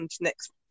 next